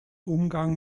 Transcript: umgang